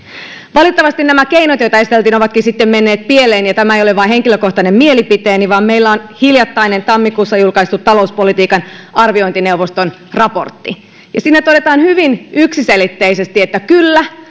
valitettavasti nämä keinot joita esiteltiin ovatkin sitten menneet pieleen tämä ei ole vain henkilökohtainen mielipiteeni vaan meillä on hiljattainen tammikuussa julkaistu talouspolitiikan arviointineuvoston raportti siinä todetaan hyvin yksiselitteisesti että kyllä